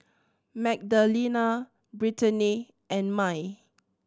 Magdalena Brittanie and Mai